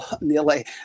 Nearly